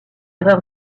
erreur